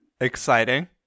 exciting